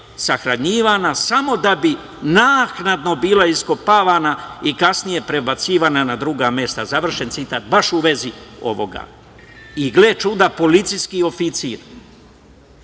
sahranjivana samo da bi naknadno bila iskopavana i kasnije prebacivana na druga mesta“, završen citat. Baš u vezi ovoga. Policijski oficir,